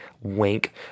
wink